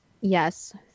Yes